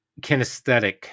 kinesthetic